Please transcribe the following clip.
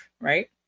right